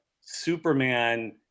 Superman